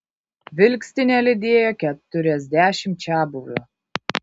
vilkstinę lydėjo keturiasdešimt čiabuvių